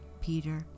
Peter